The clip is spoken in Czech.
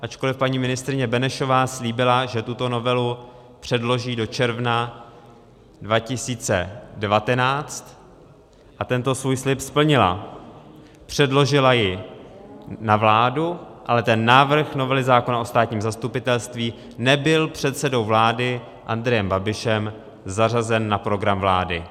Ačkoli paní ministryně Benešová slíbila, že tuto novelu předloží do června 2019, a tento svůj slib splnila, předložila ji na vládu, ale návrh novely zákona o státním zastupitelství nebyl předsedou vlády Andrejem Babišem zařazen na program vlády.